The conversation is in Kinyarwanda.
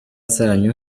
zanyu